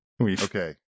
Okay